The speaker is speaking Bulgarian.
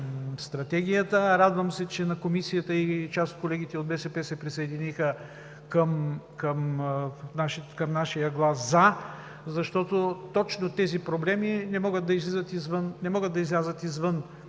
Радвам се, че Комисията и част от колегите от БСП се присъединиха към нашия глас „за“. Точно тези проблеми не могат да излязат извън